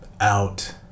out